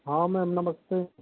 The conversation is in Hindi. हँ मैम नमस्ते